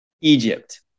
Egypt